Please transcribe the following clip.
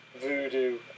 voodoo